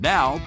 Now